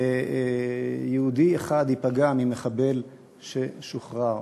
יהודי אחד ייפגע ממחבל ששוחרר.